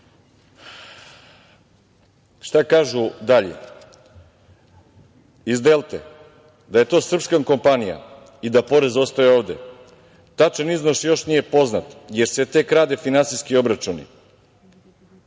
kažu dalje iz „Delte“? Da je to srpska kompanija i da porez ostaje ovde. Tačan iznos još nije poznat, jer se tek rade finansijski obračuni.